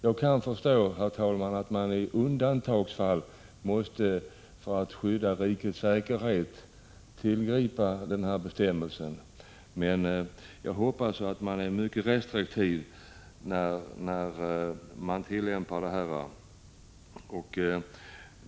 Jag kan förstå, herr talman, att man i undantagsfall måste tillgripa den här bestämmelsen för att skydda rikets säkerhet, men jag hoppas att man är mycket restriktiv när man tillämpar den.